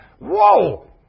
Whoa